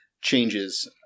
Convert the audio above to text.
changes